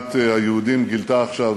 שמדינת היהודים גילתה עכשיו